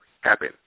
happen